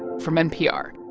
from npr.